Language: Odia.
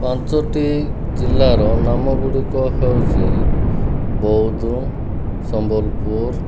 ପାଞ୍ଚଟି ଜିଲ୍ଲାର ନାମ ଗୁଡ଼ିକ ହେଉଛି ବୌଦ୍ଧ ସମ୍ବଲପୁର